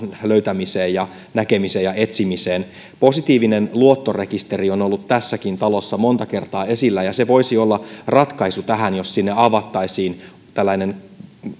löytämiseen ja näkemiseen ja etsimiseen positiivinen luottorekisteri on ollut tässäkin talossa monta kertaa esillä ja se voisi olla ratkaisu tähän jos sinne avattaisiin tällainen